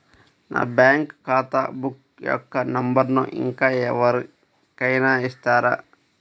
నా బ్యాంక్ ఖాతా బుక్ యొక్క నంబరును ఇంకా ఎవరి కైనా ఇస్తారా?